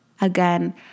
Again